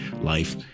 life